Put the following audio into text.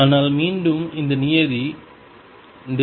ஆனால் மீண்டும் இந்த நியதி δx x